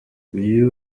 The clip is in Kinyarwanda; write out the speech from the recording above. iyo